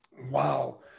Wow